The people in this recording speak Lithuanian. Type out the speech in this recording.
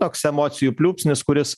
toks emocijų pliūpsnis kuris